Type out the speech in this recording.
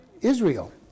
Israel